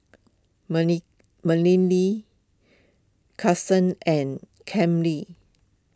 Marilee Kason and Cammie